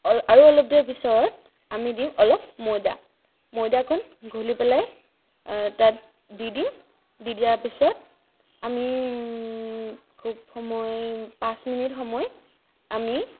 আৰু অলপ দেৰি পিছত আমি দিম অলপ ময়দা ময়দাকণ ঘুলি পেলাই তাত দি দিম দিয়াৰ পিছত আমি খুব সময় পাঁচ মিনিট সময় আমি